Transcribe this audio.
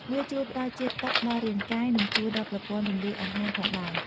វាជួយផ្តល់ជាតិទឹកដល់រាងកាយ និងជួយដល់ប្រព័ន្ធរំលាយអាហារផងដែរ។